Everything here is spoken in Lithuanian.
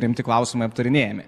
rimti klausimai aptarinėjami